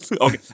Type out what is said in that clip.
Okay